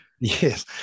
Yes